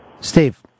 Steve